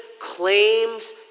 claims